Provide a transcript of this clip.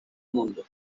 mundo